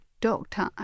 doctor